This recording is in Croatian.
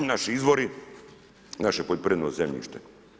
Naši izvori, naše poljoprivredno zemljište.